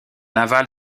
aval